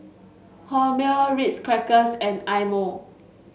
Hormel Ritz Crackers and Eye Mo